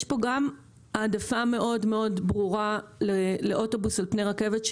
יש פה גם העדפה מאוד מאוד ברורה לאוטובוס על פני רכבת,